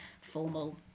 formal